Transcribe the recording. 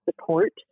support